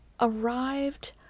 arrived